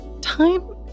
time